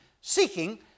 seeking